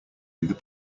either